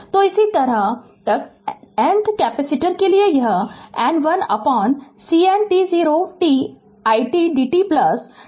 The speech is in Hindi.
तो इसी तरह तक nth कैपेसिटर के लिए यह n 1CN t0 t it dt t n t0 है